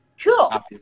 Cool